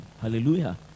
Hallelujah